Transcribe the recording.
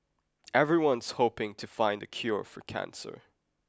everyone's hoping to find the cure for cancer